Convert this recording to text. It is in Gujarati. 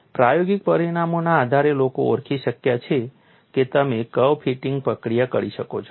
પ્રાયોગિક પરિણામોના આધારે લોકો ઓળખી શક્યા છે કે તમે કર્વ ફિટિંગ પ્રક્રિયા કરી શકો છો